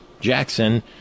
Jackson